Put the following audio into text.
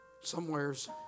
Somewhere's